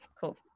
Cool